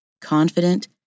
confident